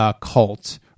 cult